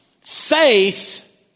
Faith